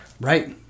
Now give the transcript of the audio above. Right